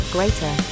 Greater